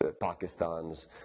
Pakistan's